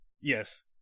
Yes